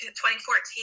2014